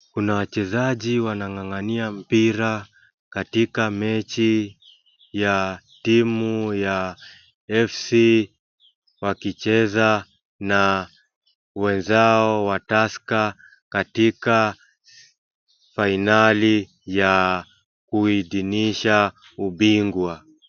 Kuna wachezaji wanang'ang'ania mpira katika mechi ya timu ya fc wakicheza na wenzao wa tusker katika fainali ya kuitinisha ubingwa.